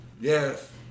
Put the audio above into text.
Yes